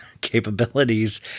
capabilities